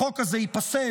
החוק הזה ייפסל,